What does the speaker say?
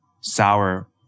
Sour